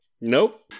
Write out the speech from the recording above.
Nope